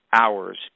hours